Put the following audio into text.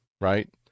right